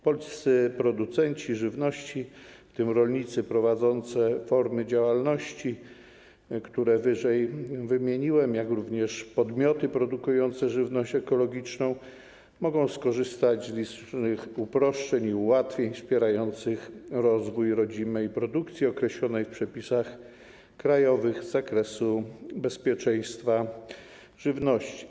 Polscy producenci żywności, w tym rolnicy prowadzący formy działalności, które wyżej wymieniłem, jak również podmioty produkujące żywność ekologiczną mogą skorzystać z licznych uproszczeń i ułatwień wspierających rozwój rodzimej produkcji, określonej w przepisach krajowych z zakresu bezpieczeństwa żywności.